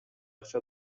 акча